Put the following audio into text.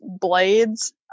blades